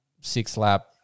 six-lap